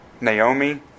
Naomi